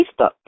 Facebook